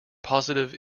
positive